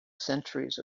centuries